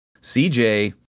CJ